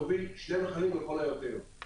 להוביל לכל היותר שני מכלים.